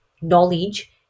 knowledge